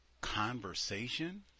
conversation